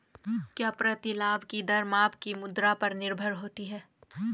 क्या प्रतिलाभ की दर माप की मुद्रा पर निर्भर होती है?